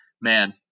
man